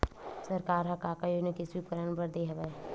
सरकार ह का का योजना कृषि उपकरण बर दे हवय?